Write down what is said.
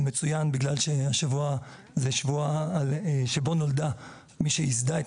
זה מצוין מכיוון שהשבוע שבו נולדה מי שייסדה את